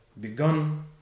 begun